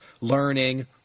learning